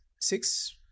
six